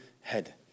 head